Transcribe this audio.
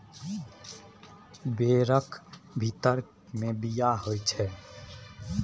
बैरक भीतर मे बीया होइ छै